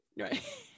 Right